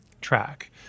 track